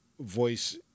voice